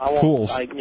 Fools